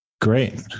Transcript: Great